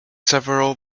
several